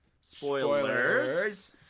spoilers